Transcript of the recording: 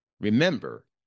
Remember